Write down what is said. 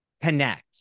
connect